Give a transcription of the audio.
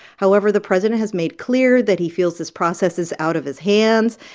however, the president has made clear that he feels this process is out of his hands,